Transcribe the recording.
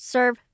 Serve